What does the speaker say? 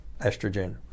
estrogen